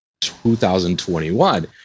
2021